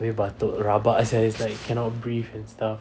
abeh batuk rabak sia it's like cannot breathe and stuff